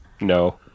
No